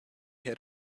had